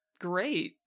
great